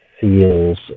feels